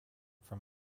from